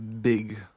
big